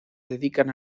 dedican